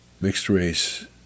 mixed-race